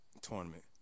tournament